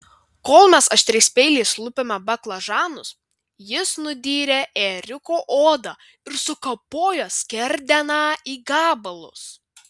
kol mes aštriais peiliais lupome baklažanus jis nudyrė ėriuko odą ir sukapojo skerdeną į gabalus